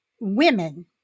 women